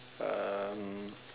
um